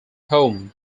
home